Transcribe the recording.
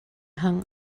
hung